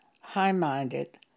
high-minded